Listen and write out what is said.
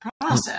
process